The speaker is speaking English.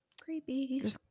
Creepy